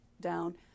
down